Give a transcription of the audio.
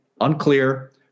Unclear